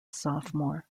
sophomore